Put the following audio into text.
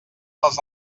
les